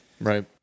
Right